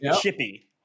Chippy